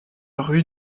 rue